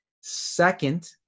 Second